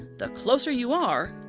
the closer you are,